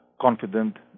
confident